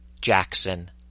Jackson